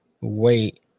wait